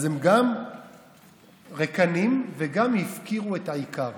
אז הם גם ריקניים וגם הפקירו את העיקר.